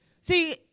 See